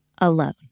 alone